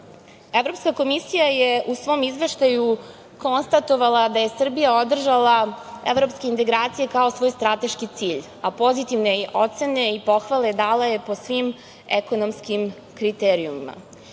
radimo. Evropska komisija je u svom Izveštaju konstatovala da je Srbija održala evropske integracije kao svoj strateški cilj, a pozitivne ocene i pohvale dala je po svim ekonomskim kriterijumima. Uprkos